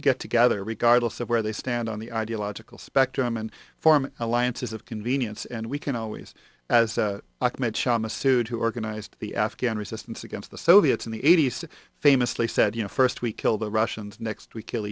get together regardless of where they stand on the ideological spectrum and form alliances of convenience and we can always document shah masood who organized the afghan resistance against the soviets in the eighty's famously said you know first we kill the russians next we kill